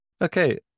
Okay